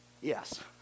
Yes